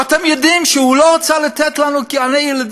ואתם יודעים שהוא לא רצה לתת לנו גני-ילדים,